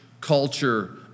culture